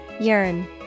Yearn